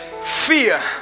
fear